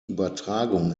übertragung